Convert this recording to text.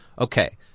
Okay